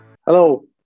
Hello